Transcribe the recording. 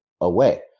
away